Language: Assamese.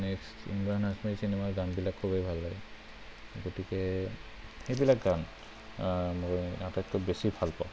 নেক্সত ইমৰান হাষ্মিৰ চিনেমাৰ গানবিলাক খুবেই ভাল লাগে গতিকে এইবিলাক গান মোৰ আটাইতকৈ বেছি ভালপাওঁ